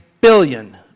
billion